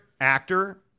actor